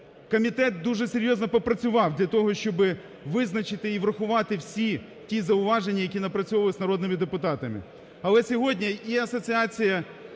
Комітет дуже серйозно попрацював для того, щоб визначити і врахувати всі ті зауваження, які напрацьовувались народними депутатами.